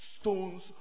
stones